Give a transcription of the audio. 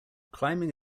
climbing